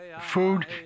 Food